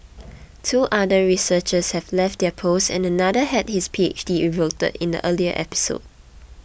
two other researchers have left their posts and another had his P H D revoked in the earlier episode